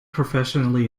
professionally